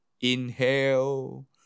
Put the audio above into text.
Inhale